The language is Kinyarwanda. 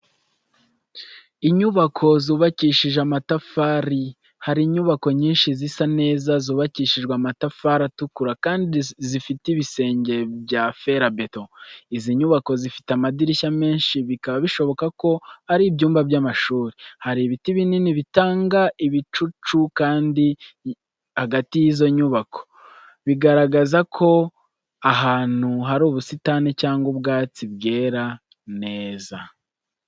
Inyubako zubakishije amatafari hari inyubako nyinshi zisa neza zubakishijwe amatafari atukura kandi zifite ibisenge bya ferabeto. Izi nyubako zifite amadirishya menshi bikaba bishoboka ko ari ibyumba by’amashuri. Hari ibiti binini bitanga igicucu hagati y’izo nyubako, bigaragaza ko ahantu hari ubusitani cyangwa ubwatsi bwera neza.